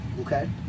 okay